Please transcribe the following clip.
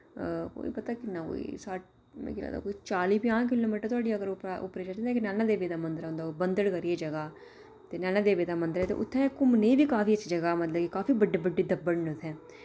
कोई पता किन्ना कोई सट्ठ मिकी लगदा कोई चाली प'ञां किलोमीटर धोड़ी अगर उप्परा उप्पर चढ़ी इक नैना देवी दा मंदर औंदा बंधड़ करियै जगह् ते नैना देवी दा मंदर ते उत्थै घुम्मने बी काफी अच्छी जगह् मतलब कि काफी बड्डे बड्डे दब्बड़ न उत्थै